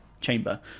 chamber